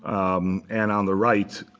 um and on the right,